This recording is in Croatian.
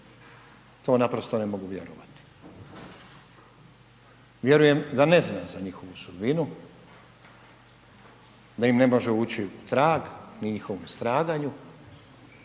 To naprosto ne mogu vjerovati. Vjerujem da ne zna za njihovu sudbinu, da im ne može ući u trag o njihovom stradanju,